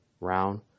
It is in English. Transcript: round